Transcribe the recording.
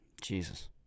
Jesus